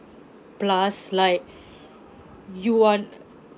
plus like you are